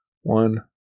One